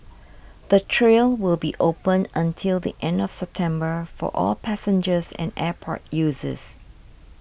the trail will be open until the end of September for all passengers and airport users